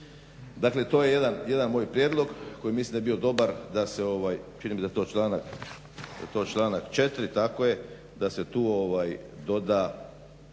Dakle to je jedan moj prijedlog koji mislim da bi bio dobar da se čini mi se da je to članak 4., tako je da se tu doda